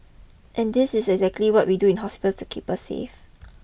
and this is exactly what we do in hospitals to keep us safe